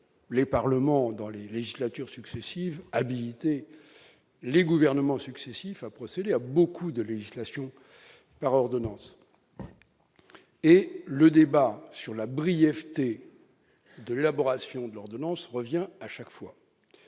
les parlements dans les législatures successives habilité les gouvernements successifs, a procédé à beaucoup de législation par ordonnances et le débat sur la brièveté de l'élaboration de l'ordonnance revient à chaque fois,